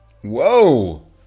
Whoa